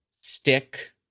stick